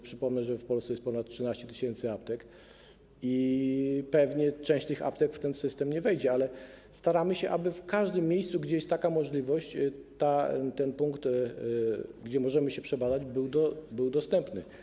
Przypomnę, że w Polsce jest ponad 13 tys. aptek i pewnie część z tych aptek do tego systemu nie wejdzie, ale staramy się, aby w każdym miejscu, gdzie jest taka możliwość, ten punkt, w którym możemy się przebadać, był dostępny.